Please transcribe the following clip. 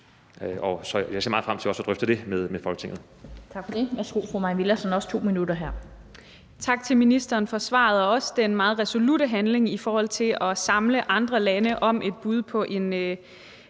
Jeg ser meget frem til også at drøfte det med Folketinget.